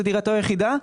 ועם מי שזו דירתו היחידה,